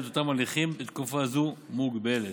את אותם הליכים בתקופה זו מוגבלות.